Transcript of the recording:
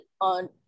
on